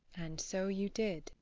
and so you did